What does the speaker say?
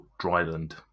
Dryland